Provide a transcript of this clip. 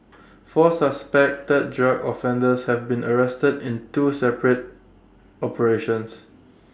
four suspected drug offenders have been arrested in two separate operations